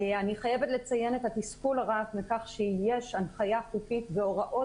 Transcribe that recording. אני חייבת לציין את התסכול הרב לכך שיש הנחיה חוקית בהוראות